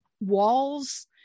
walls